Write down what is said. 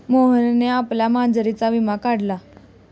मोहनने आपल्या मांजरीचा विमा काढला